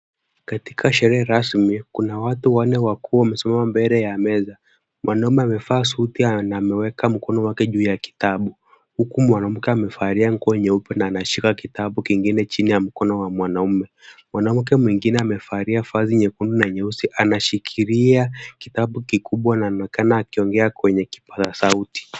Katika sherehe rasmi, kuna watu wanne wakuu wamesimama mbele ya meza. Mwanaume amevaa suti na ameweka mkono wake juu ya kitabu. Huku mwanamke amevalia nguo nyeupe na anashika kitabu kingine chini ya mkono wa mwanaume. Mwanamke mwingine amevalia vazi nyekundu na nyeusi anashikilia kitabu kikubwa na anaonekana akiongea kwenye kipaza sauti.